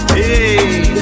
Hey